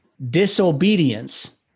disobedience